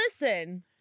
listen